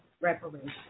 reparations